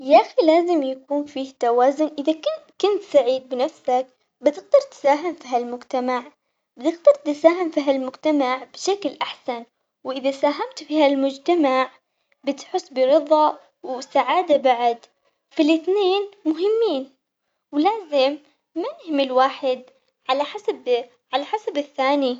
يا اخي لازم يكون في توازن إذا كا- كنت سعيد بنفسك بتقدر تساهم في هالمجتمع، إذا اخترت تساهم في هالمجتمع بشكل أحسن وإذا ساهمت في هالمجتمع بتحس برضا وسعادة بعد، فالاتنين مهمين ولازم ما نهمل واحد على حسب على حسب الثاني.